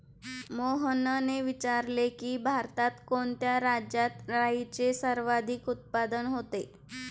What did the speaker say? मोहनने विचारले की, भारतात कोणत्या राज्यात राईचे सर्वाधिक उत्पादन होते?